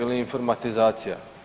Ili informatizacija.